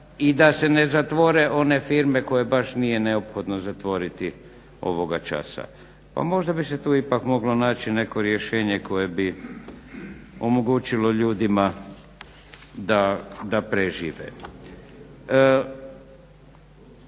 i da se ne zatvore one firme koje baš nije neophodno zatvoriti ovoga časa. Pa možda bi se tu ipak moglo naći neko rješenje koje bi omogućilo ljudima da prežive.